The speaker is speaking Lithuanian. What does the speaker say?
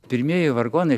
pirmieji vargonai